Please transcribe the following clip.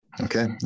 Okay